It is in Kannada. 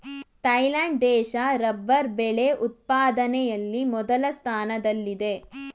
ಥಾಯ್ಲೆಂಡ್ ದೇಶ ರಬ್ಬರ್ ಬೆಳೆ ಉತ್ಪಾದನೆಯಲ್ಲಿ ಮೊದಲ ಸ್ಥಾನದಲ್ಲಿದೆ